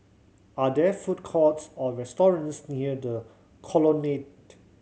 are there food courts or restaurants near The Colonnade